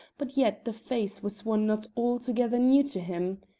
but yet the face was one not altogether new to him.